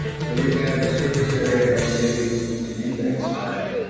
so you had the surface area of maybe an index card.